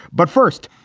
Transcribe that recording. but first,